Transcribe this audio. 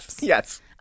Yes